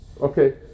Okay